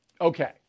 Okay